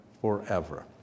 forever